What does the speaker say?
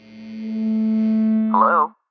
Hello